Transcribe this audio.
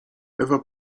ewa